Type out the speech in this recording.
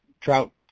trout